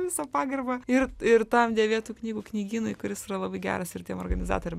visa pagarba ir ir tam dėvėtų knygų knygynui kuris yra labai geras ir organizatoriam